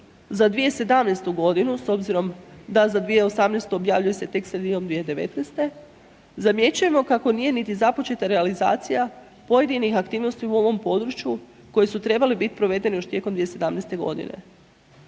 za 2017. g. s obzirom da za 2018. objavljuje se tek sredinom 2019., zamjećujemo nije niti započeta realizacija pojedinih aktivnosti u ovom području koje su trebale biti provedene još tijekom 2017. godine.